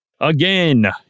Again